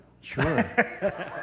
Sure